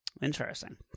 Interesting